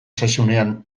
zaizunean